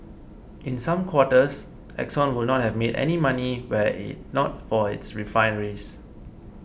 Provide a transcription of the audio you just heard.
in some quarters Exxon would not have made any money were it not for its refineries